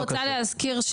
אני רק רוצה להזכיר,